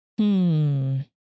-hmm